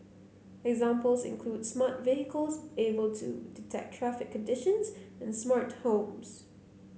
examples include smart vehicles able to detect traffic conditions and smart homes